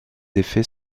effets